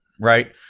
right